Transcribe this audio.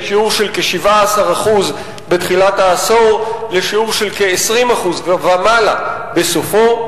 משיעור של כ-17% בתחילת העשור לשיעור של כ-20% ומעלה בסופו.